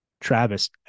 Travis